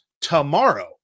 tomorrow